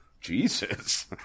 Jesus